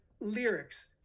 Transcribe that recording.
lyrics